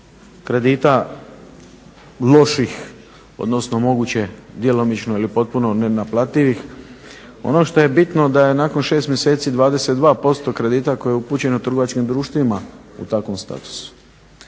kredita, loših, odnosno moguće djelomično ili potpuno nenaplativih. Ono što je bitno da je nakon 6 mjeseci 22% kredita koje je upućeno trgovačkim društvima u takvom statusu,